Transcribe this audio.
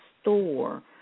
store